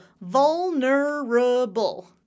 Vulnerable